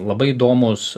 labai įdomūs